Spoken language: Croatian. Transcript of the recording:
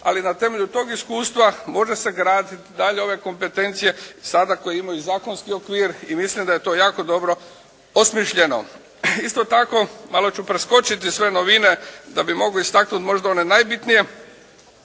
ali na temelju tog iskustva može se graditi dalje ove kompetencije sada koje imaju zakonski okvir i mislim da je to jako dobro osmišljeno. Isto tako malo ću preskočiti sve novine da bih mogao istaknuti možda one najbitnije.